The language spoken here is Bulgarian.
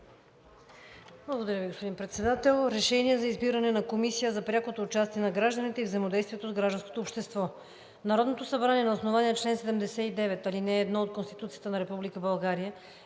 Благодаря Ви, господин Председател. „Проект! РЕШЕНИЕ за избиране на Комисия за прякото участие на гражданите и взаимодействието с гражданското общество Народното събрание на основание чл. 79, ал. 1 от Конституцията на